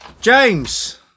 James